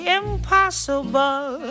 impossible